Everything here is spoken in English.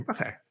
okay